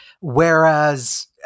Whereas